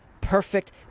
perfect